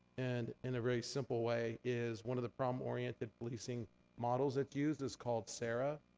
and in a very simple way, is one of the problem-oriented policing models that's used is called sara.